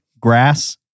grass